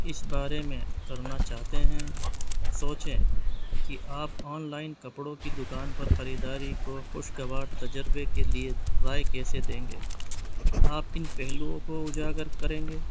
اس بارے میں کرنا چاہتے ہیں سوچیں کہ آپ آن لائن کپڑوں کی دکان پر خریداری کو خوشگوار تجربے کے لیے رائے کیسے دیں گے آپ کن پہلوؤں کو اجاگر کریں گے